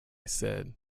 said